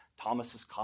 Thomas's